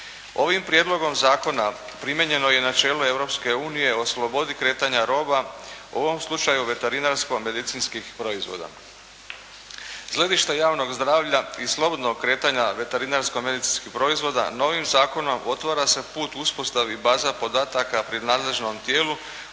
Ovim prijedlogom zakona primijenjeno je i načelo Europske unije o slobodi kretanja roba, u ovom slučaju veterinarsko-medicinskih proizvoda. S gledišta javnog zdravlja i slobodnog kretanja veterinarsko-medicinskih proizvoda novim zakonom otvara se put uspostavi baza podataka pri nadležnom tijelu